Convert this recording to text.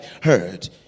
heard